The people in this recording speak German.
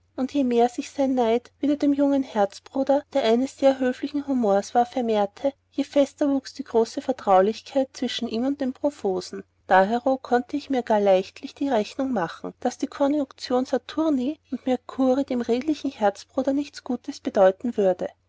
je mehr sich sein neid wider den jungen herzbruder der eines sehr fröhlichen humors war vermehrete je fester wuchs die große verträulichkeit zwischen ihm und dem profosen dahero konnte ich mir gar leichtlich die rechnung machen daß die konjunktion saturni und mercurii dem redlichen herzbruder nichts gutes bedeuten würde